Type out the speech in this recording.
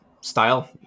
style